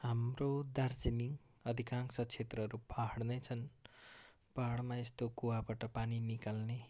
हाम्रो दार्जिलिङ अधिकांश क्षेत्रहरू पाहाडमै छन् पाहाडमा यस्तो कुवाबाट पानी निकाल्ने